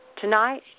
Tonight